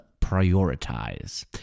Prioritize